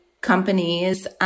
companies